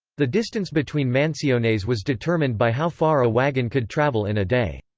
the distance between mansiones was determined by how far a wagon could travel in a day.